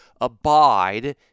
abide